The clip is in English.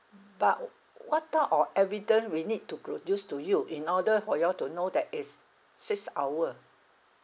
but oo what type of evidence we need to produce to you in order for you all to know that is six hour